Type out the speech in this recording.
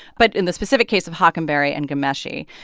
but in the specific case of hockenberry and ghomeshi,